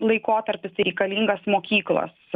laikotarpis reikalingas mokyklos